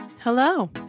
Hello